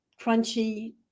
crunchy